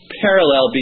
parallel